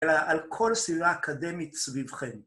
אלא על כל סביבה אקדמית סביבכם.